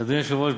אדוני היושב-ראש,